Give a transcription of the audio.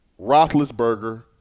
Roethlisberger